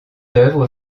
œuvres